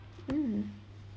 mm